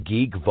Geek